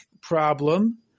problem